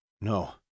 No